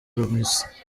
primus